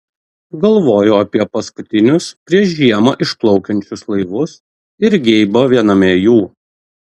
galvoju apie paskutinius prieš žiemą išplaukiančius laivus ir geibą viename jų